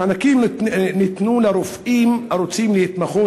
המענקים ניתנו לרופאים הרוצים להתמחות